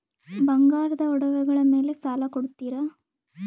ಬಂಗಾರದ ಒಡವೆಗಳ ಮೇಲೆ ಸಾಲ ಕೊಡುತ್ತೇರಾ?